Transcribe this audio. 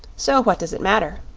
so what does it matter?